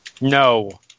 No